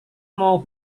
mau